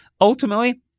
ultimately